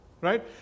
right